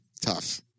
tough